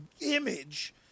image